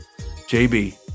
JB